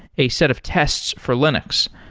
a set of tests for linux.